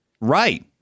Right